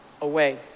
away